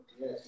Yes